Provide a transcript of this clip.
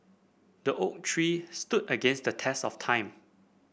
the oak tree stood against the test of time